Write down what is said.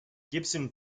gibson